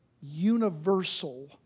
universal